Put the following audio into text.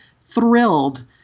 thrilled